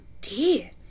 dear